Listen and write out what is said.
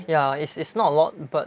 ya it's it's not a lot but